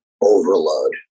overload